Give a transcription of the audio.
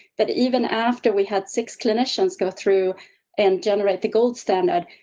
but even after we had six clinicians, go through and generate the gold standard,